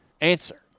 answer